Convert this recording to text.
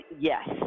Yes